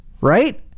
right